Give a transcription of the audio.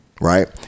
right